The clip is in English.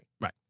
Right